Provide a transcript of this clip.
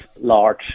large